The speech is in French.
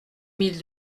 mille